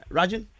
Rajan